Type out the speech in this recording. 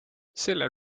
selle